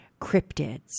cryptids